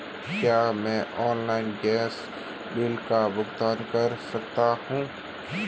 क्या मैं online gas bill का भुगतान कर सकता हूँ?